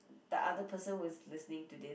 the other person who's listening to this